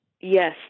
yes